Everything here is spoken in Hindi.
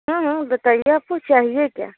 हाँ हाँ बताइए आपको चाहिए क्या